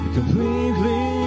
Completely